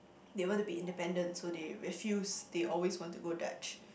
they want to be independent so they refuse they always want to go Dutch